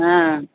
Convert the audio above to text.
ஆ